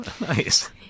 nice